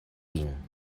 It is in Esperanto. vin